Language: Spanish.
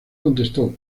contestó